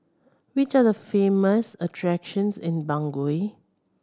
which are the famous attractions in Bangui